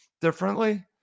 differently